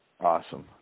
Awesome